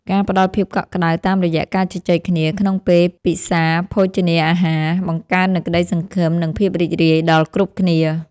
ការផ្តល់ភាពកក់ក្តៅតាមរយៈការជជែកគ្នាក្នុងពេលពិសាភោជនាអាហារ បង្កើននូវក្តីសង្ឃឹមនិងភាពរីករាយដល់គ្រប់គ្នា។